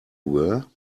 were